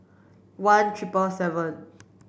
one triple seven